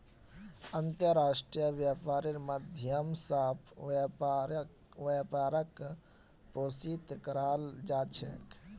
अन्तर्राष्ट्रीय व्यापारेर माध्यम स व्यापारक पोषित कराल जा छेक